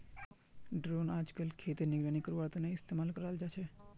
drone अइजकाल खेतेर निगरानी करवार तने इस्तेमाल कराल जाछेक